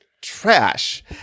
trash